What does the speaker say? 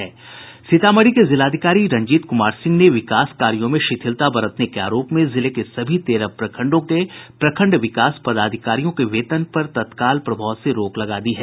सीतामढ़ी के जिलाधिकारी रंजीत कुमार सिंह ने विकास कार्यों में शिथिलता बरतने के आरोप में जिले के सभी तेरह प्रखंडों के प्रखंड विकास पदाधिकारियों के वेतन पर तत्काल प्रभाव से रोक लगा दी है